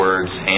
Words